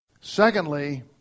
Secondly